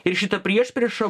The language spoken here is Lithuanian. ir šita priešprieša